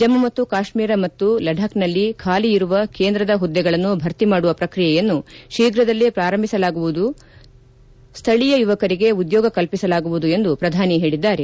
ಜಮ್ಮ ಮತ್ತು ಕಾಶ್ಮೀರ ಮತ್ತು ಲಡಾಬ್ನಲ್ಲಿ ಬಾಲಿ ಇರುವ ಕೇಂದ್ರದ ಹುದ್ದೆಗಳನ್ನು ಭರ್ತಿ ಮಾಡುವ ಪ್ರಕ್ರಿಯೆಯನ್ನು ಶೀಘ್ರದಲ್ಲೇ ಪ್ರಾರಂಭಿಸಲಾಗುವುದರೊಂದಿಗೆ ಸ್ಥಳೀಯ ಯುವಕರಿಗೆ ಉದ್ಯೋಗ ಕಲ್ಪಿಸಲಾಗುವುದು ಎಂದು ಪ್ರಧಾನಿ ಹೇಳಿದ್ದಾರೆ